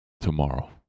tomorrow